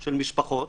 של משפחות,